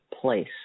place